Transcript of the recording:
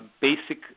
basic